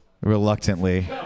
Reluctantly